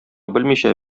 белмичә